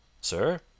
Sir